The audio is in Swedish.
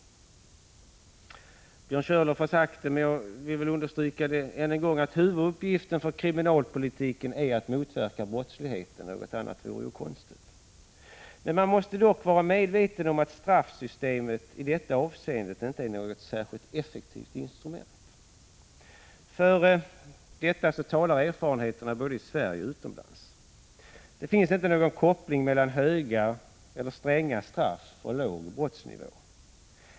Björn Körlof har visserligen redan sagt det, men jag vill ändå än en gång understryka att huvuduppgiften för kriminalpolitiken är att motverka brottsligheten. Något annat vore ju konstigt. Man måste dock vara medveten om att straffsystemet i detta avseende inte är ett särskilt effektivt instrument. För detta talar erfarenheter från både Sverige och utlandet. Det finns inte någon koppling mellan stränga straff och låg brottsnivå.